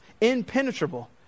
impenetrable